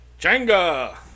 Jenga